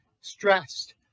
stressed